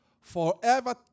forever